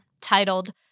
titled